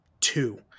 two